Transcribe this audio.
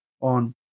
on